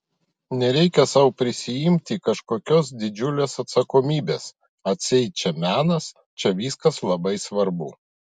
nereikia sau prisiimti kažkokios didžiulės atsakomybės atseit čia menas čia viskas labai svarbu